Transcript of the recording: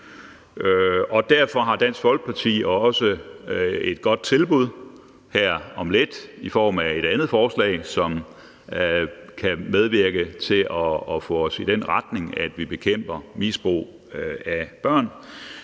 børn, og Dansk Folkeparti har også et godt tilbud her om lidt i form af et andet forslag, som kan medvirke til at få os i den retning, at vi bekæmper misbrug af børn,